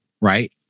right